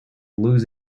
lose